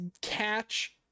catch